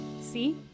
See